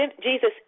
Jesus